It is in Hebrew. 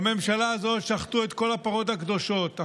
בממשלה הזו שחטו את כל הפרות הקדושות.